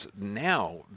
now